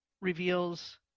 reveals